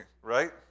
right